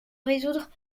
résoudre